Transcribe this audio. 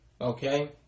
Okay